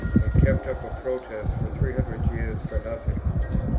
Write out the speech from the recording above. and kept up a protest for three hundred years for nothing.